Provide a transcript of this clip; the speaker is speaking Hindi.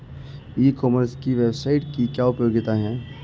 ई कॉमर्स की वेबसाइट की क्या उपयोगिता है?